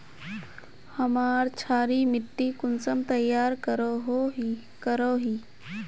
हमार क्षारी मिट्टी कुंसम तैयार करोही?